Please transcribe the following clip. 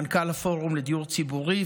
מנכ"ל הפורום לדיור ציבורי,